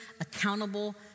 accountable